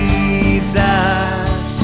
Jesus